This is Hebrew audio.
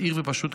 בהיר ופשוט,